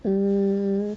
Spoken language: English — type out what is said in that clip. mm